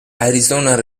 arizona